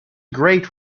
great